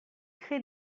créé